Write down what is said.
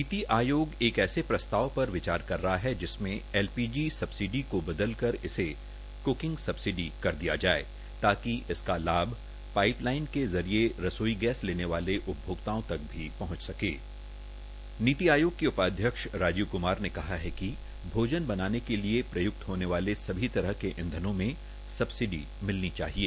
नी त आयोग एक ऐसा ताव पर वचार कर रहा है जिसम एलपीजी सब सडी को बदल कर इसे कु कंग सब सड़ी कर दया जाये ता क इसका लाभ पाइप लाइन ज रये गैस लेने वाले उपभो ता तक भी पहुंच सके नी त आयोग के उपा य राजीव कुमार ने कहा है क भोजन बनाने के लए यू त होने वाले सभी तरह के इंधन म सब सडी मलनी चा हए